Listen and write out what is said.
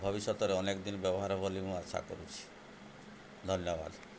ଭବିଷ୍ୟତରେ ଅନେକ ଦିନ ବ୍ୟବହାର ବୋଲି ମୁଁ ଆଶା କରୁଛି ଧନ୍ୟବାଦ